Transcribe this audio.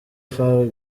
fawe